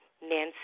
Nancy